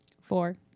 Four